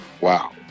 Wow